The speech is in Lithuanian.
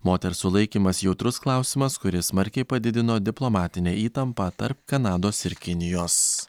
moters sulaikymas jautrus klausimas kuris smarkiai padidino diplomatinę įtampą tarp kanados ir kinijos